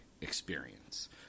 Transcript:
experience